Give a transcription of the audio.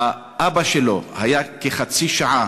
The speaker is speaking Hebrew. אבא שלו היה כחצי שעה